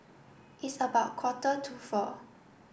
its about quarter to four